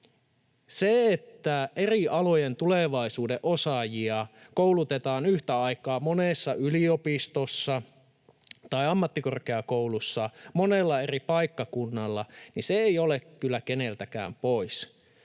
Se, että eri alojen tulevaisuuden osaajia koulutetaan yhtä aikaa monessa yliopistossa tai ammattikorkeakoulussa monella eri paikkakunnalla, ei ole kyllä keneltäkään pois.